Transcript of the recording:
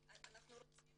אבל אנחנו רוצים עוד תכניות.